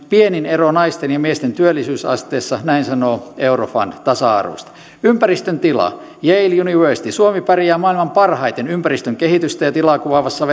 pienin ero naisten ja miesten työllisyysasteessa näin sanotaan euroopan tasa arvosta ympäristön tila yale university suomi pärjää maailman parhaiten ympäristön kehitystä ja tilaa kuvaavassa